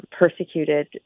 persecuted